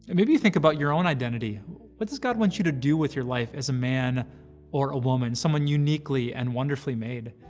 and maybe you think about your own identity what does god want you to do with your life as a man or a woman someone uniquely and wonderfully made?